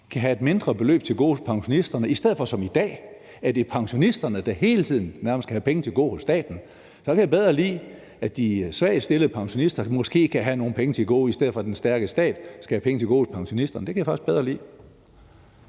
kan have et mindre beløb til gode hos pensionisterne, i stedet for som i dag, at det er pensionisterne, der hele tiden nærmest skal have penge til gode hos staten. Så kan jeg bedre lide, at de svagt stillede pensionister måske kan have nogle penge til gode, i stedet for at den stærke stat skal have penge til gode hos pensionisterne. Det kan jeg faktisk bedre lide.